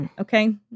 Okay